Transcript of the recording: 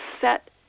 set